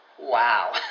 Wow